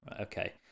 Okay